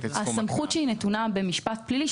הסמכות שנתונה במשפט פלילי,